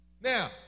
Now